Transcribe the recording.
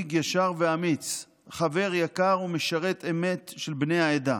מנהיג ישר ואמיץ, חבר יקר ומשרת אמת של בני העדה.